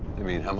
i mean,